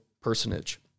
personage